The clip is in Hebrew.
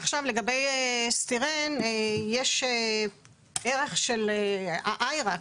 עכשיו, לגבי סטירן, יש ערך של ה- IARC,